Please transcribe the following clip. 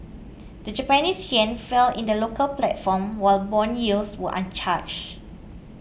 the Japanese yen fell in the local platform while bond yields were unchanged